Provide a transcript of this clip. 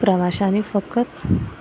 प्रवाशांनी फकत